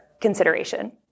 consideration